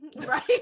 Right